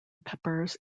peppers